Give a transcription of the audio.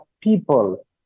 people